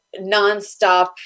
nonstop